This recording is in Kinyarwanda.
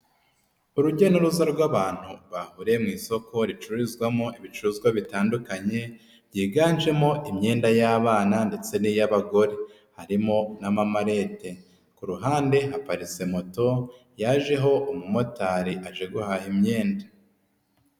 Urujya n'uruza rw'abantu bahuriye mu isoko ricururizwamo ibicuruzwa bitandukanye, byiganjemo imyenda y'abana ndetse n'iy'abagore, harimo n'amamarete, ku ruhande haparitse amamoto yajeho umumotari aje guhaha imyenda.